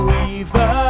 Weaver